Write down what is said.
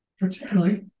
particularly